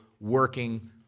working